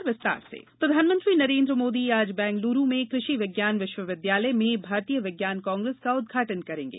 विज्ञान कांग्रेस प्रधानमंत्री नरेन्द्र मोदी आज बेंगलुरू में क्रषि विज्ञान विष्वविद्यालय में भारतीय विज्ञान कांग्रेस के उद्घाटन करेंगे